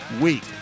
week